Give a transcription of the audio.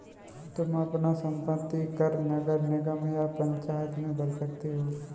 तुम अपना संपत्ति कर नगर निगम या पंचायत में भर सकते हो